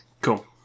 Cool